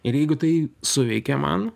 ir jeigu tai suveikia man